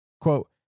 Quote